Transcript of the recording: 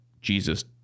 Jesus